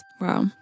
Wow